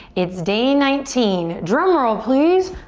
it's day nineteen. drum roll, please.